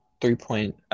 three-point